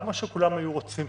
מה שכולם היו רוצים,